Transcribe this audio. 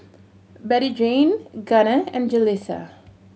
Bettyjane Gunner and Jalissa